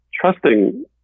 trusting